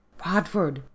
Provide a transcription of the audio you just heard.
rodford